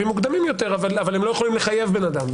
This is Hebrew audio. מוקדמים יותר אבל הם לא יכולים לחייב אדם.